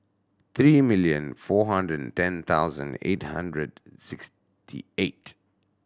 three million four hundred ten thousand eight hundred sixty eight